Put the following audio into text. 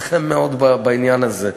אתכם מאוד בעניין הזה.